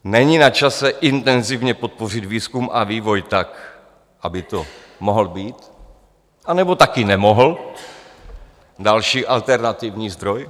Není na čase intenzivně podpořit výzkum a vývoj tak, aby to mohl být, anebo taky nemohl, další alternativní zdroj?